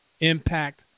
impact